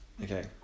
Okay